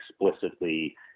explicitly